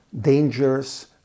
dangerous